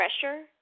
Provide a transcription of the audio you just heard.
pressure